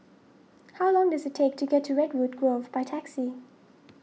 how long does it take to get to Redwood Grove by taxi